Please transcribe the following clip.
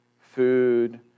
food